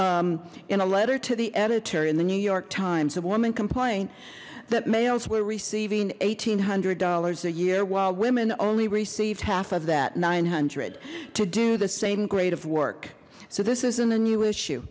ago in a letter to the editor in the new york times a woman complained that males were receiving one eight hundred dollars a year while women only received half of that nine hundred to do the same grade of work so this isn't a new issue